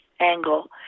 angle